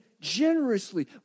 generously